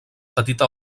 petita